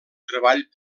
treball